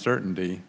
certainty